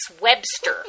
webster